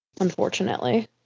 Unfortunately